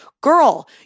girl